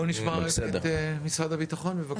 בואו נשמע את משרד הביטחון, בבקשה.